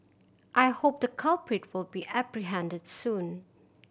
I hope the culprit will be apprehended soon